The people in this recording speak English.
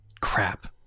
crap